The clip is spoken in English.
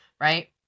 right